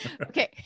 Okay